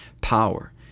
power